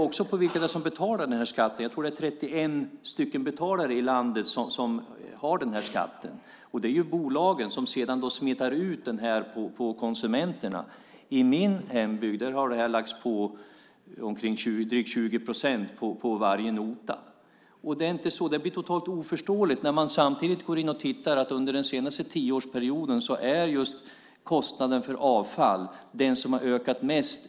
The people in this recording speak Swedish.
Det är 31 betalare i landet som har den här skatten, och bolagen smetar sedan ut den på konsumenterna. I min hembygd har detta lagt på drygt 20 procent på varje nota. Det blir totalt oförståeligt, särskilt när man samtidigt kan gå in och se att just kostnaden för avfall har ökat mest i boendeandelen under den senaste tioårsperioden.